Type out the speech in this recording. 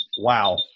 wow